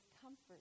Comfort